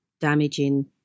damaging